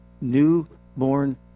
Newborn